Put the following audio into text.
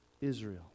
Israel